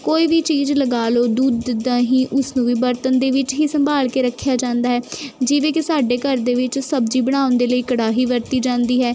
ਕੋਈ ਵੀ ਚੀਜ਼ ਲਗਾ ਲਓ ਦੁੱਧ ਦਹੀਂ ਉਸ ਨੂੰ ਵੀ ਬਰਤਨ ਦੇ ਵਿੱਚ ਹੀ ਸੰਭਾਲ ਕੇ ਰੱਖਿਆ ਜਾਂਦਾ ਹੈ ਜਿਵੇਂ ਕਿ ਸਾਡੇ ਘਰ ਦੇ ਵਿੱਚ ਸਬਜ਼ੀ ਬਣਾਉਣ ਦੇ ਲਈ ਕੜਾਹੀ ਵਰਤੀ ਜਾਂਦੀ ਹੈ